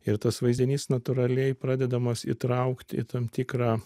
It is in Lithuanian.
ir tas vaizdinys natūraliai pradedamas įtraukti į tam tikrą